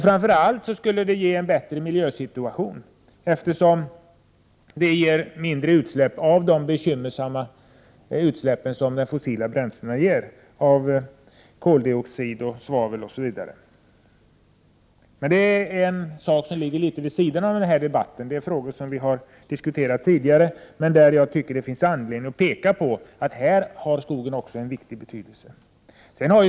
Framför allt skulle det ge en bättre miljösituation, eftersom man skulle få mindre av de bekymmersamma utsläpp som de fossila bränslena ger, koldioxid, svavel osv. Detta är en sak som ligger litet vid sidan av denna debatt. Det är frågor som vi har diskuterat tidigare, där jag dock tycker att det finns anledning att peka på att skogen har en viktig betydelse.